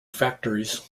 factories